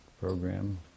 program